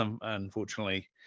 unfortunately